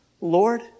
Lord